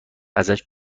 ازش